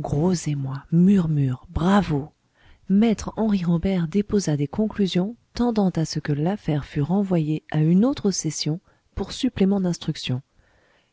gros émoi murmures bravos me henri robert déposa des conclusions tendant à ce que l'affaire fût renvoyée à une autre session pour supplément d'instruction